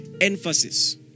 emphasis